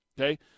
Okay